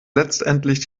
letztendlich